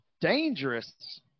dangerous